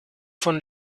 von